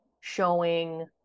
showing